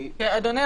אדוני,